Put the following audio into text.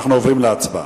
אנחנו עוברים להצבעה.